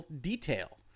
detail